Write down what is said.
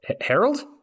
Harold